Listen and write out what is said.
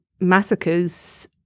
massacres